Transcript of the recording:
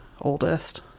oldest